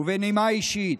ובנימה אישית,